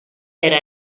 era